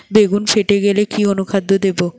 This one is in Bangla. বেগুন ফেটে গেলে কি অনুখাদ্য দেবো?